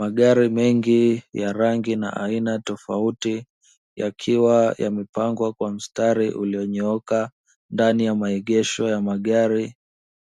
Magari mengi ya rangi na aina tofauti yakiwa yamepangwa kwa mstari ulionyooka, ndani ya maegesho ya magari